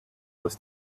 was